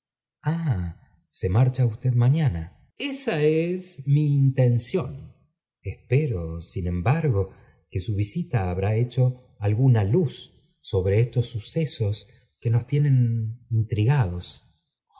se marcha usted mañana v esa es mi intención espero sin embargo que su visita habrá hecho alguna luz sobre estos sucesos que nos tienen intrigados